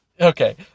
Okay